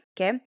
okay